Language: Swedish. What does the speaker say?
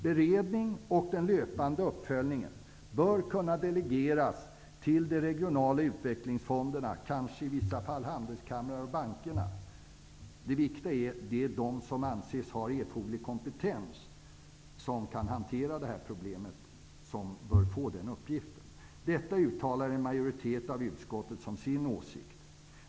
Beredningen och den löpande uppföljningen bör kunna delegeras till de regionala utvecklingsfonderna, och i vissa fall till handelskamrarna och bankerna. Det viktiga är att det är de som anses ha erforderlig kompetens att hantera problemet som bör få den uppgiften. Detta uttalar en majoritet av utskottet som sin åsikt.